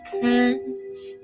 plans